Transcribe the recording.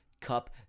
Cup